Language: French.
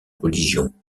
religion